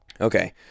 Okay